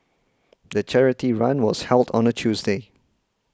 the charity run was held on a Tuesday